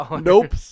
Nope